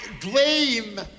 dream